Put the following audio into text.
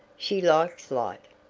she likes light.